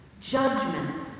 Judgment